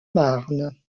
marne